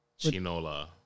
Chinola